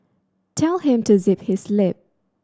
tell him to zip his lip